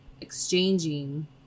exchanging